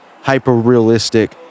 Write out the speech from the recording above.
hyper-realistic